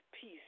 peace